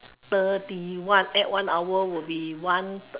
thirty one add one hour will be one